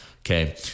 okay